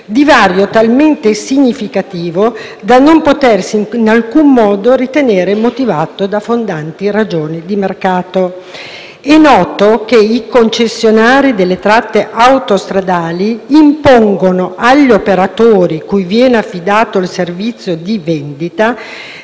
divario talmente significativo da non potersi in alcun modo ritenere motivato da fondanti ragioni di mercato. È noto che i concessionari delle tratte autostradali impongono agli operatori cui viene affidato il servizio di vendita